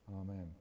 Amen